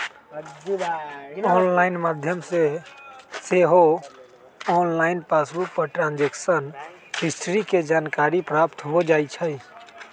online माध्यम से सेहो ऑनलाइन पासबुक पर ट्रांजैक्शन हिस्ट्री के जानकारी प्राप्त हो जाइ छइ